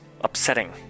upsetting